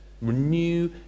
Renew